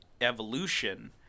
evolution